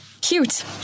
Cute